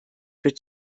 für